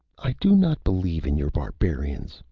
i do not believe in your barbarians.